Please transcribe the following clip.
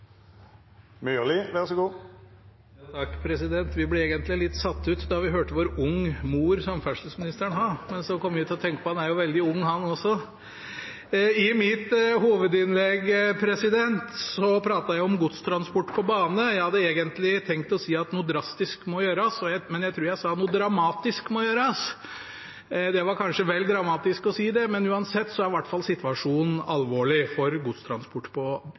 Vi ble egentlig litt satt ut da vi hørte hvor ung mor samferdselsministeren hadde. Men så kom vi til å tenke på at han er jo veldig ung, han også. I mitt hovedinnlegg pratet jeg om godstransport på bane. Jeg hadde egentlig tenkt å si at noe drastisk måtte gjøres, men jeg tror jeg sa at noe dramatisk måtte gjøres. Det var kanskje vel dramatisk å si det, men situasjonen er i hvert fall alvorlig for godstransport på